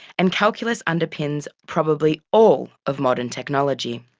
and calculus underpins probably all of modern technology.